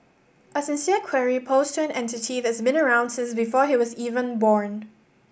a sincere query posed to an entity that's been around since before he was even born